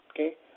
Okay